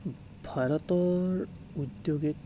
ভাৰতৰ উদ্যোগিক